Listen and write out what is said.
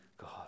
God